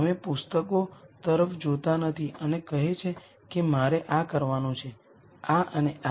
તમે પુસ્તકો તરફ જોતા નથી અને કહે છે કે મારે આ કરવાનું છે આ અને આ